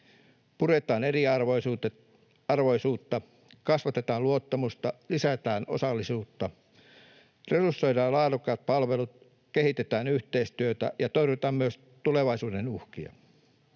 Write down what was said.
Puretaan eriarvoisuutta, kasvatetaan luottamusta, lisätään osallisuutta, resursoidaan laadukkaat palvelut, kehitetään yhteistyötä ja torjutaan myös tulevaisuuden uhkia,